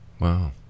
wow